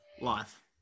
life